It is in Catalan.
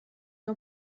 que